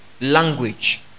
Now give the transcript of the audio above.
language